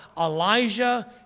elijah